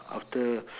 after